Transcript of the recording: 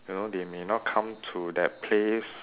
you know they may not come to that place